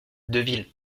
deville